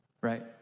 Right